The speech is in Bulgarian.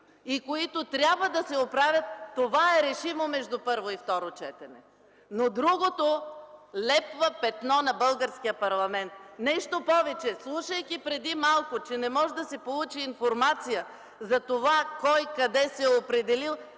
и които трябва да се оправят – това е решимо между първо и второ четене, но другото лепва петно на българския парламент. Нещо повече, слушайки преди малко, че не може да се получи информация за това кой къде се е определил,